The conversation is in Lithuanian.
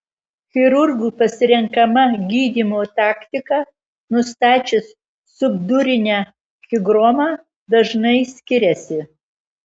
chirurgų pasirenkama gydymo taktika nustačius subdurinę higromą dažnai skiriasi